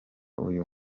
uyu